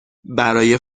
برای